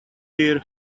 beer